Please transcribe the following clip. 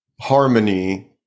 harmony